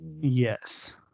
yes